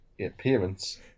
appearance